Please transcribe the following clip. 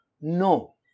No